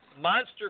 Monster